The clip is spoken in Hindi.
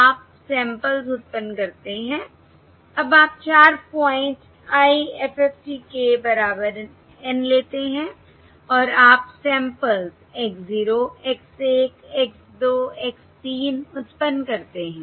आप सैंपल्स उत्पन्न करते हैं अब आप 4 पॉइंट IFFT के बराबर N लेते हैं और आप samples x 0 x 1 x 2 x 3 उत्पन्न करते हैं